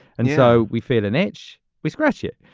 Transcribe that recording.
and so we felt an itch. we scratch it.